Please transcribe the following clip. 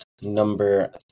number